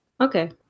Okay